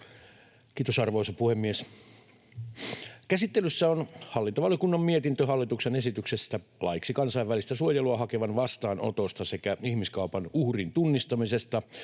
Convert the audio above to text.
Kiitos, arvoisa puhemies! Käsittelyssä on hallintovaliokunnan mietintö hallituksen esityksestä laiksi kansainvälistä suojelua hakevan vastaanotosta sekä ihmiskaupan uhrin tunnistamisesta